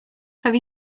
have